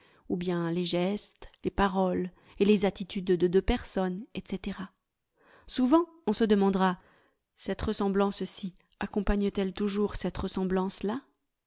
ou bien les gestes les paroles et les attitudes de deux personnes etc souvent on se demandera cette ressemblance ci accompagne t elle toujours cette ressemblance là